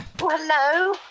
Hello